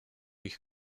ich